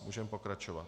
Můžeme pokračovat.